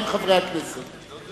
חבר הכנסת יואל חסון, פעם ראשונה.